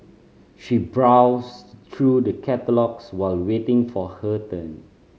she browsed through the catalogues while waiting for her turn